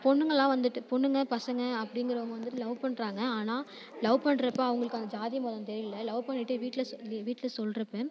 பொண்ணுங்கள்லாம் வந்துட்டு பொண்ணுங்க பசங்க அப்படிங்கிறவங்க வந்துட்டு லவ் பண்ணுறாங்க ஆனால் லவ் பண்ணுறப்ப அவங்களுக்கு அந்த ஜாதி மதம் தெரியிலை லவ் பண்ணிட்டு வீட்டில் சொ வீட்டில் சொல்றப்போ